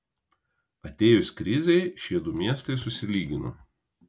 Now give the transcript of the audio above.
atėjus krizei šie du miestai susilygino